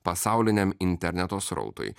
pasauliniam interneto srautui